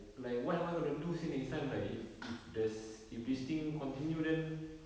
like what am I going to do since next time like if if the s~ if this thing continue then